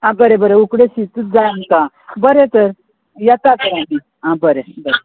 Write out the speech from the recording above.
आं बरें बरें उकडें शितूच जाय आमकां बरें तर येता तर आमी आं बरें बरें